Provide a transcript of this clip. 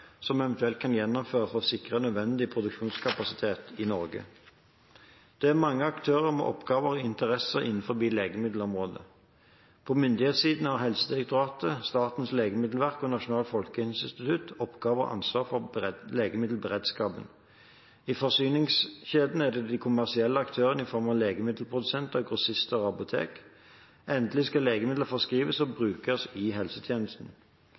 som eventuelt kan gjennomføres, for å sikre nødvendig produksjonskapasitet i Norge. Det er mange aktører med oppgaver og interesser innenfor legemiddelområdet. På myndighetssiden har Helsedirektoratet, Statens legemiddelverk og Nasjonalt folkehelseinstitutt oppgaver og ansvar for legemiddelberedskapen. I forsyningskjeden er det kommersielle aktører i form av legemiddelprodusenter, grossister og apotek. Endelig skal legemidler forskrives og brukes i helsetjenesten.